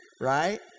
Right